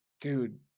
dude